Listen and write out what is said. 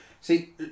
See